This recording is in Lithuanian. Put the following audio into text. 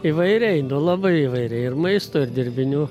įvairiai nu labai įvairiai ir maisto ir dirbinių